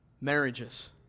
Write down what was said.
Marriages